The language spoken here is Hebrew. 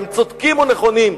הם צודקים ונכונים,